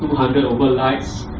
hundred over likes,